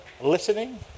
listening